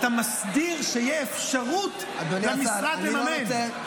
אתה מסדיר שתהיה אפשרות למשרד לממן.